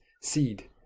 seed